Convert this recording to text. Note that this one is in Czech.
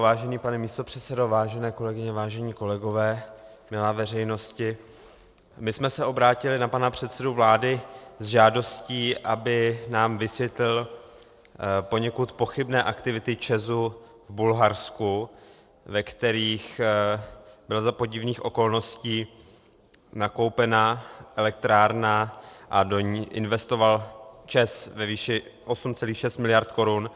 Vážený pane místopředsedo, vážené kolegyně, vážení kolegové, milá veřejnosti, my jsme se obrátili na pana předsedu vlády s žádostí, aby nám vysvětlil poněkud pochybné aktivity ČEZu v Bulharsku, ve kterých byla za podivných okolností nakoupena elektrárna, a do ní investoval ČEZ ve výši 8,6 mld. Kč.